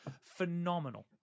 Phenomenal